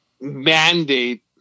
mandate